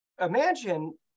imagine